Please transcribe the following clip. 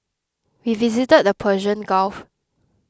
we visited the Persian Gulf